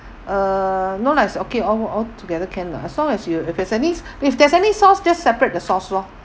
uh no lah is okay al~ altogether can lah as long as if if there's any if there's any sauce just separate the sauce lor